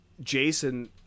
Jason